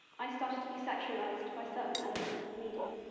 i started to be sexualized by certain elements of the media.